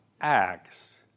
Acts